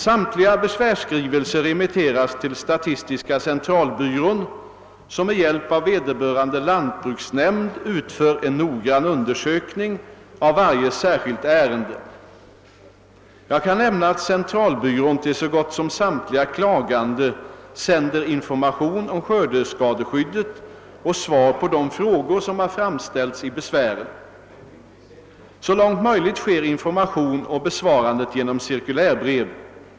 Samtliga besvärsskrivelser remitteras till statistiska centralbyrån, som med hjälp av vederbörande lantbruksnämnd utför en noggrann undersökning av varje särskilt ärende. Jag kan nämna att centralbyrån till så gott som samtliga klagande sänder information om skördeskadeskyddet och svar på de frågor som har framställts i besvären. Så långt möjligt sker informationen och besvarandet genom cirkulärbrev.